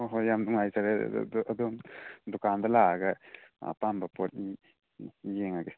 ꯍꯣꯏ ꯍꯣꯏ ꯌꯥꯝ ꯅꯨꯡꯉꯥꯏꯖꯔꯦ ꯑꯗꯨꯗꯤ ꯑꯗꯣ ꯑꯗꯨꯝ ꯗꯨꯀꯥꯟꯗ ꯂꯥꯛꯑꯒ ꯑꯄꯥꯝꯕ ꯄꯣꯠ ꯌꯦꯡꯉꯒꯦ